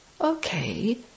Okay